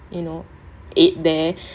you know ate there